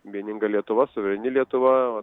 vieninga lietuva suvereni lietuva o